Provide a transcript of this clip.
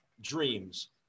dreams